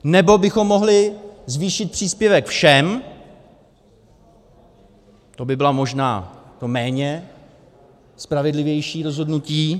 Nebo bychom mohli zvýšit příspěvek všem to by bylo možná méně spravedlivé rozhodnutí.